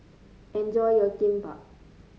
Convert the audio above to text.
enjoy your Kimbap